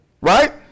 Right